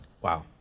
wow